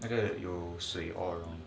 那个有水的 ah